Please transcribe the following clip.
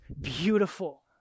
beautiful